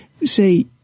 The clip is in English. say